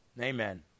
amen